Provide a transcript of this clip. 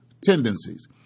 tendencies